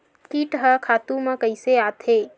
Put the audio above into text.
कीट ह खातु म कइसे आथे?